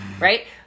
right